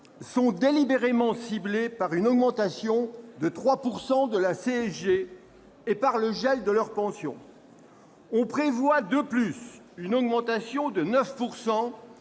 sont délibérément ciblés par une augmentation de 3 % de la CSG et par le gel de leurs pensions. On prévoit de plus une augmentation de 9